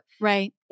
Right